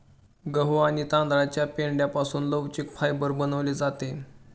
गहू आणि तांदळाच्या पेंढ्यापासून लवचिक फायबर बनवले जाते